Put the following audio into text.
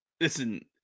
listen